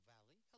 Valley